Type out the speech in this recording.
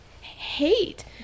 hate